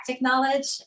knowledge